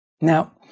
Now